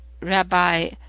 Rabbi